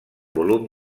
volum